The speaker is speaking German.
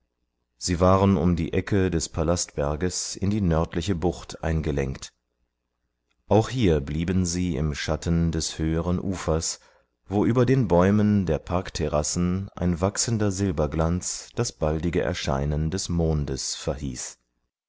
sie waren um die ecke des palastberges in die nördliche bucht eingelenkt auch hier blieben sie im schatten des höheren ufers wo über den bäumen der parkterrassen ein wachsender silberglanz das baldige erscheinen des mondes verhieß